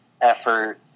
effort